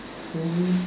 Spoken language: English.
really